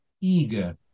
eager